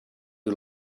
you